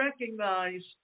recognize